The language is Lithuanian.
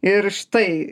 ir štai